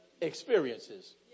Experiences